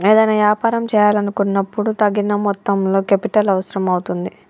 ఏదైనా యాపారం చేయాలనుకున్నపుడు తగిన మొత్తంలో కేపిటల్ అవసరం అవుతుంది